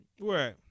Right